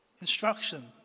instruction